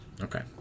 Okay